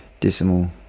decimal